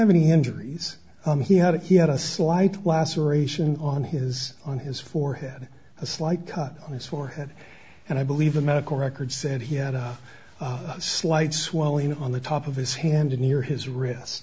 have any injuries he had he had a slight laceration on his on his forehead a slight cut on his forehead and i believe the medical records said he had a slight swelling on the top of his hand near his wrist